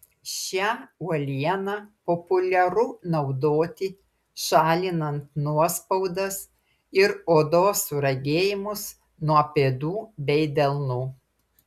šią uolieną populiaru naudoti šalinant nuospaudas ir odos suragėjimas nuo pėdų bei delnų